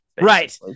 Right